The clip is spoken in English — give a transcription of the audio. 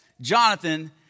Jonathan